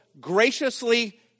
graciously